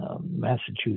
Massachusetts